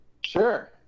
Sure